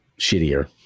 shittier